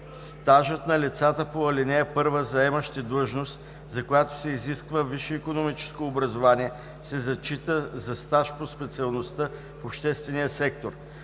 Стажът на лицата по ал. 1, заемащи длъжност, за която се изисква висше икономическо образование, се зачита за стаж по специалността в обществения сектор.